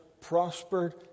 prospered